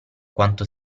quanto